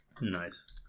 Nice